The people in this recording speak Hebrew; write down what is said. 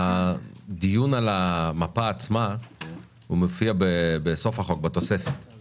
המפה עצמה מופיעה בתוספת להצעת החוק.